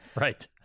Right